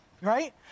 Right